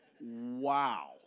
wow